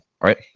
right